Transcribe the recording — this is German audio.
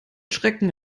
schrecken